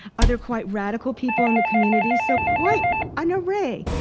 other quite radical people in the community. so quite an array.